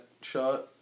shot